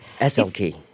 SLK